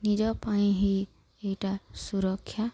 ନିଜ ପାଇଁ ହେଇ ଏଇଟା ସୁରକ୍ଷା